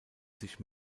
sich